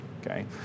Okay